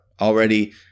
already